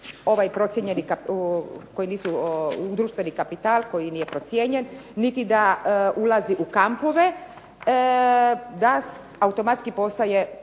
koji nisu ušli u ovaj društveni kapital koji nije procijenjen niti da ulazi u kampove da automatski postaje državno